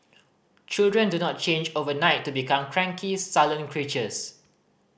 children do not change overnight to become cranky sullen creatures